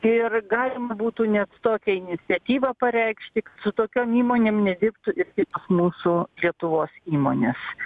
ir galima būtų net tokią iniciatyvą pareikšti su tokiom įmonėm nedirbtų ir kitos mūsų lietuvos įmonės